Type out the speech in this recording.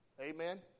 Amen